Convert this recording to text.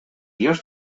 dios